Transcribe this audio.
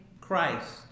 Christ